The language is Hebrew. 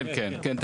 כן, בטח.